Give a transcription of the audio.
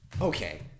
okay